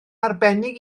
arbennig